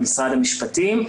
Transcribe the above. המשפטים.